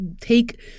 take